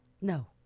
No